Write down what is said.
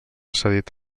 cedit